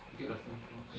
you get the phone first